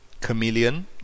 Chameleon